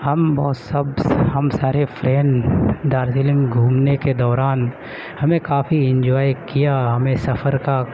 ہم اور سب ہم سارے فرینڈ دارجلنگ گھومنے کے دوران ہمیں کافی انجوائے کیا ہمیں سفر کا